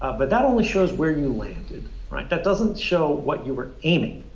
ah but that only shows where you landed, right, that doesn't show what you were aiming